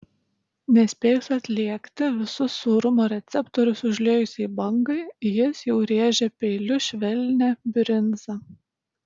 nespėjus atlėgti visus sūrumo receptorius užliejusiai bangai jis jau rėžia peiliu švelnią brinzą